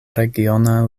regiona